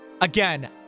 Again